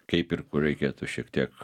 kaip ir kur reikėtų šiek tiek